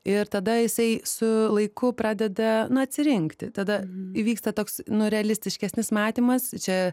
ir tada jisai su laiku pradeda na atsirinkti tada įvyksta toks nu realistiškesnis matymas čia